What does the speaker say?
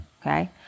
Okay